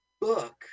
book